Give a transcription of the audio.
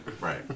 Right